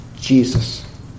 Jesus